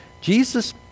Jesus